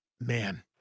man